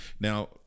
Now